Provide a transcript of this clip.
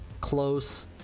close